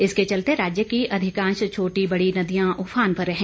इसके चलते राज्य की अधिकांश छोटी बड़ी नदियां उफान पर हैं